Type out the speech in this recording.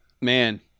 man